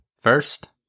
First